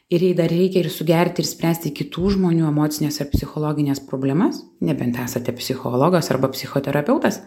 ir jei dar reikia ir sugerti ir spręsti kitų žmonių emocines ir psichologines problemas nebent esate psichologas arba psichoterapeutas